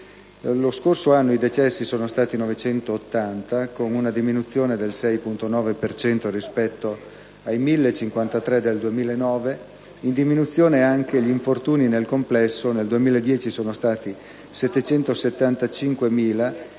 Lo scorso anno i decessi sono stati 980, con una diminuzione del 6,9 per cento rispetto ai 1.053 del 2009; in diminuzione anche gli infortuni nel complesso: nel 2010 sono stati 775.000,